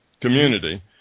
community